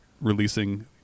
releasing